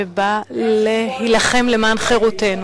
שבא להילחם למען חירותנו.